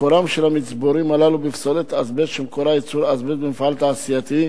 מקורם של המצבורים הללו בפסולת אזבסט שמקורה ייצור אזבסט במפעל תעשייתי,